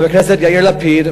חבר הכנסת יאיר לפיד,